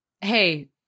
hey